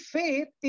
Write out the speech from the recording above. faith